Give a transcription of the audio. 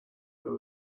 there